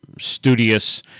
studious